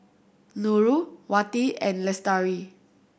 Nurul Wati and Lestari